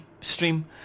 stream